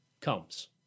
comes